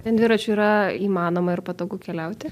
ant dviračio yra įmanoma ir patogu keliauti